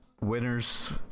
winners